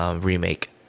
remake